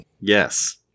Yes